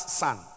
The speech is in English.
son